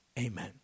Amen